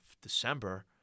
December